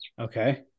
Okay